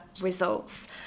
results